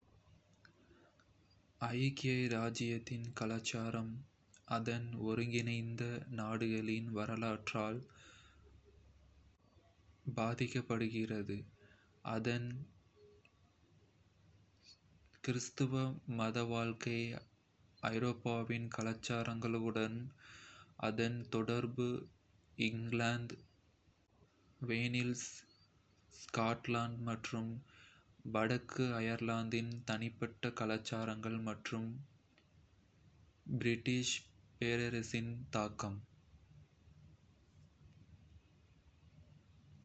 ஐக்கிய இராச்சியத்தின் கலாச்சாரம் அதன் ஒருங்கிணைந்த நாடுகளின் வரலாற்றால் பாதிக்கப்படுகிறது; அதன் கிறிஸ்தவ மத வாழ்க்கை, ஐரோப்பாவின் கலாச்சாரங்களுடனான அதன் தொடர்பு, இங்கிலாந்து, வேல்ஸ், ஸ்காட்லாந்து மற்றும் வடக்கு அயர்லாந்தின் தனிப்பட்ட கலாச்சாரங்கள் மற்றும் பிரிட்டிஷ் பேரரசின் தாக்கம்.